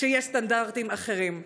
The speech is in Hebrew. שיש סטנדרטים אחרים.